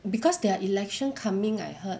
because their election coming I heard